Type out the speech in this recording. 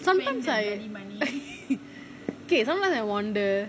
sometimes I okay sometimes I wonder